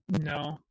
No